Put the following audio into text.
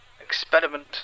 experiment